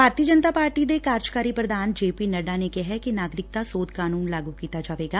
ਭਾਰਤੀ Janata Party ਦੇ ਕਾਰਜਕਾਰੀ ਪੁਧਾਨ ਜੇ ਪੀ ਨੱਢਾ ਨੇ ਕਿਹੈ ਕਿ ਨਾਗਰਿਕਤਾ ਸੋਧ ਕਾਨੂੰਨ ਲਾਗੁ ਕੀਤਾ ਜਾਵੇਗਾ